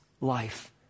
life